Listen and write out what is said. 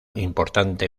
importante